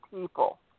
people